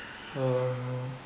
uh